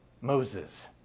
Moses